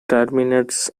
terminates